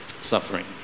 suffering